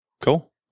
Cool